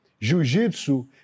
Jiu-Jitsu